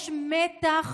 יש מתח